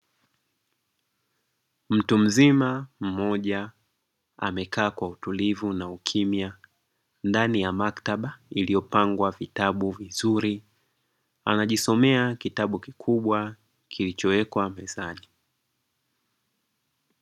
Mtu mzima mmoja amekaa kwa utulivu na ukimya ndani ya maktaba iliyopangwa vitabu vizuri, anajisomea kitabu kikubwa kilichowekwa mezani.